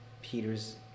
Peter's